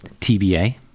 TBA